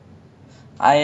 ஆமா ஆமா ஆமா:aamaa aamaa aamaa